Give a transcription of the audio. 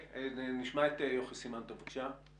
נשמע את יוכי סימן טוב, בבקשה.